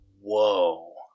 Whoa